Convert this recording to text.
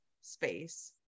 space